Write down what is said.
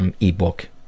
ebook